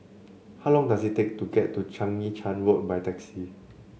how long does it take to get to Chang Yi Charn Road by taxi